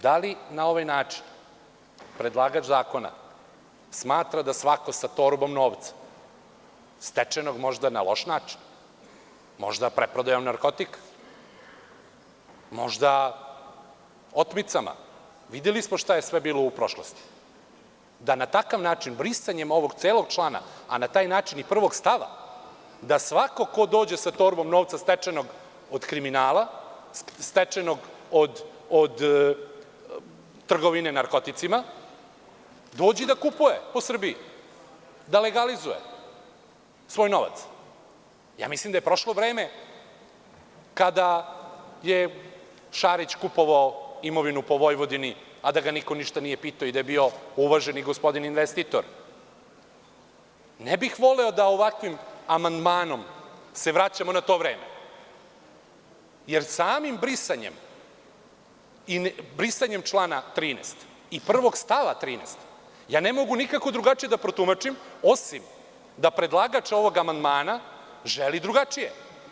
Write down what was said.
Da li na ovaj način predlagač zakona smatra da svako sa torbom novca, stečenog možda na loš način, možda preprodajom narkotika, možda otmicama, videli smo šta je sve bilo u prošlosti, da na takav način brisanjem ovog celog člana, a na taj način i prvog stava da svako ko dođe sa torbom novca stečenog od kriminala, stečenog od trgovine narkoticima dođe da kupuje po Srbiji, da legalizuje svoj novac, mislim da je prošlo vreme kada je Šarić kupovao imovinu po Vojvodini, a da ga niko ništa nije pitao i da je bio uvaženi gospodin investitor, ne bih voleo da ovakvim amandmanom se vraćamo na to vreme, jer samim brisanjem i brisanjem člana 13. i prvog stava 13. ja ne mogu nikako drugačije da protumačim osim da predlagač ovog amandmana želi drugačije.